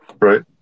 Right